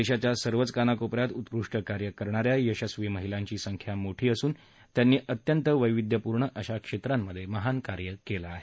देशाच्या सर्वच कानाकोपऱ्यात उत्कृष्ट कार्य करणाऱ्या यशस्वी महिलांची संख्या मोठी असून त्यांनी अत्यंत वैविधध्यपूर्ण अशा क्षेत्रांमध्ये महान कार्य केलं आहे